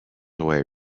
away